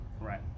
Right